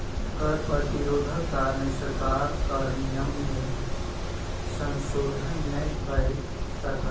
कर प्रतिरोधक कारणेँ सरकार कर नियम में संशोधन नै कय सकल